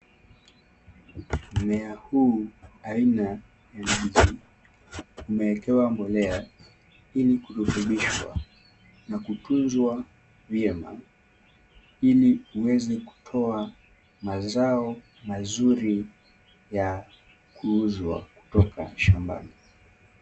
Mmea huu aina ya ndizi umewekewa mbolea, ili kurotubishwa na kutunzwa vyema ili uweze kutoa mazao mazuri ya kuuzwa kutoka shambani.